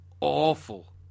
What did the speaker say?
awful